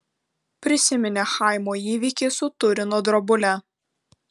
prisiminė chaimo įvykį su turino drobule